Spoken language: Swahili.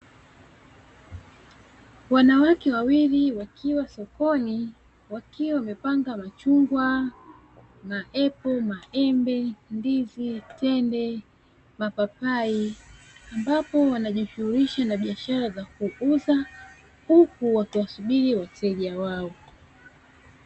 Wanawake wawili wakiwa sokoni wakiwa wamepanga machungwa, maepo, maembe, ndizi, tende, mapapai, ambapo wanajishughulisha na shughuli ya kuuza huku wakiwasubiri wateja wao.